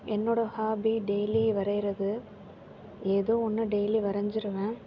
என்னோட hobby daily வரையறது ஏதோ ஒன்று டெய்லி வரைஞ்சுவிடுவேன்